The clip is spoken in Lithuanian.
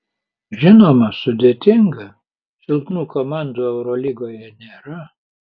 žinoma sudėtinga silpnų komandų eurolygoje nėra